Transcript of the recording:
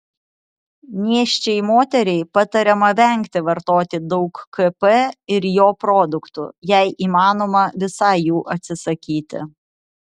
nėščiai moteriai patariama vengti vartoti daug kp ir jo produktų jei įmanoma visai jų atsisakyti